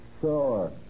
Sure